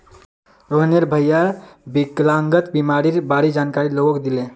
रोहनेर भईर विकलांगता बीमारीर बारे जानकारी लोगक दीले